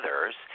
others